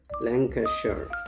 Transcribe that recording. Lancashire